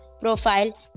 profile